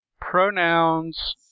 Pronouns